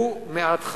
ומעט חזון: